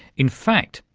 in fact,